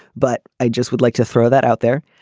but i just would like to throw that out there.